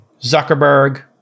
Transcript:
Zuckerberg